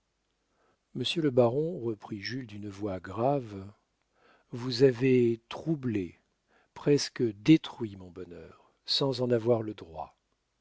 monsieur le baron reprit jules d'une voix grave vous avez troublé presque détruit mon bonheur sans en avoir le droit